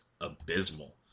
abysmal